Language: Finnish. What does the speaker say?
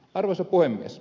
arvoisa puhemies